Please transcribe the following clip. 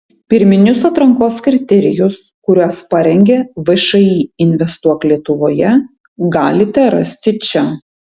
pirminius atrankos kriterijus kuriuos parengė všį investuok lietuvoje galite rasti čia